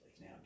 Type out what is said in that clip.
Now